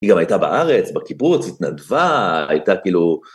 היא גם הייתה בארץ, בקיבוץ, התנדבה, הייתה כאילו...